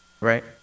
right